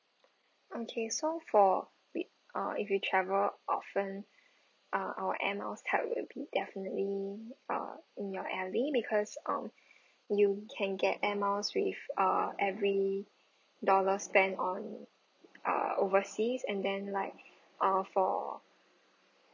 okay so for wait uh if you travel often uh our air miles card will be definitely uh in your ally because um you can get air miles with ah every dollar spent on uh overseas and then like ah for